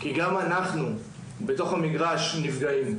כי גם אנחנו בתוך המגרש נפגעים.